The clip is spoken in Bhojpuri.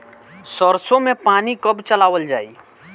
सरसो में पानी कब चलावल जाई?